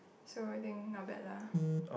so I think not bad lah